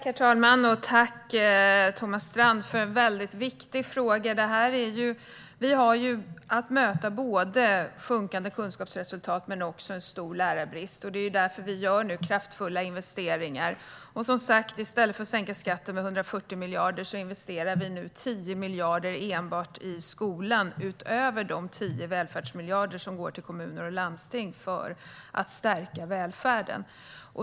Herr talman! Jag tackar Thomas Strand för en viktig fråga. Vi har att möta både sjunkande kunskapsresultat och en stor lärarbrist, och därför gör vi kraftfulla investeringar. I stället för att sänka skatten med 140 miljarder investerar vi 10 miljarder i skolan, utöver de 10 välfärdsmiljarderna som går till kommuner och landsting för att stärka välfärden.